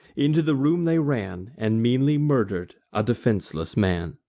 into the room they ran, and meanly murther'd a defenseless man.